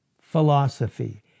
philosophy